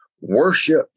Worship